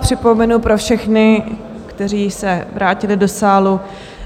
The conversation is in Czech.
Připomenu pro všechny, kteří se vrátili do sálu,